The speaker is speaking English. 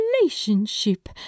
relationship